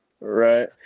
Right